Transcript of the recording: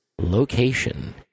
location